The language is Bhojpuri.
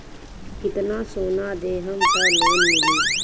कितना सोना देहम त लोन मिली?